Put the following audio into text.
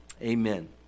Amen